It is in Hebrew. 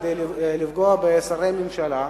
כדי לפגוע בשרי ממשלה,